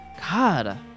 God